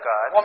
God